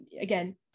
again